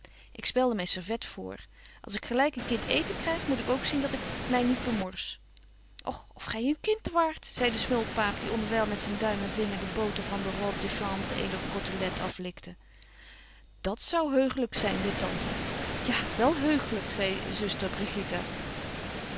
spelde myn servet voor als ik gelyk een kind eeten kryg moet ik ook zien dat ik my niet bemors och of gy een kind waart zei de smulpaap die onderwyl met zyn duim en vinger de boter van de robe de chambre eener cottelette aflikte dat zou heuchelyk zyn zei tante ja wel heuchelyk zei zuster